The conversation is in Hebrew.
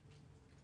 כאן.